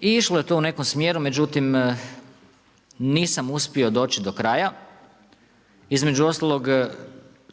I išlo je to u nekom smjeru, međutim, nisam uspio doći do kraja. Između ostalog